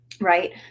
right